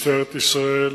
משטרת ישראל